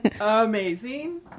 amazing